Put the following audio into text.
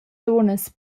dunnas